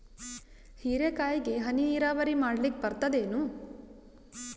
ಹೀರೆಕಾಯಿಗೆ ಹನಿ ನೀರಾವರಿ ಮಾಡ್ಲಿಕ್ ಬರ್ತದ ಏನು?